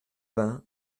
vingt